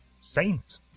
Saint